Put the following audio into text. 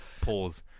pause